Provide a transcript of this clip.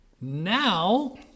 Now